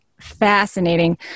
fascinating